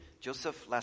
Joseph